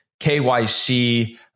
KYC